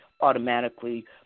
automatically